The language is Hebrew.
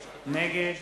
נגד